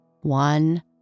one